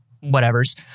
whatever's